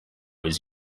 was